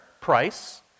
price